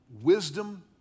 wisdom